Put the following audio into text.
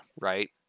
Right